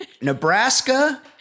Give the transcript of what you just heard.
Nebraska